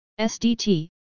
SDT